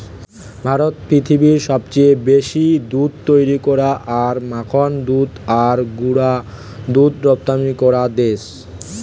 ভারত পৃথিবীর সবচেয়ে বেশি দুধ তৈরী করা আর মাখন দুধ আর গুঁড়া দুধ রপ্তানি করা দেশ